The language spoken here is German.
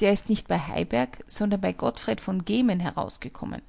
der ist nicht bei heiberg sondern bei godfred von gehmen herausgekommen